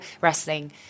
wrestling